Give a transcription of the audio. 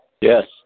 Yes